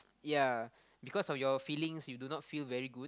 yea because of your feelings you do not feel very good